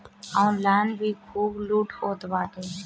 online भी खूब लूट होत बाटे